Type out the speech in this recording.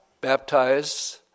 baptized